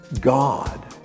God